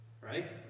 Right